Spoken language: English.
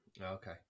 Okay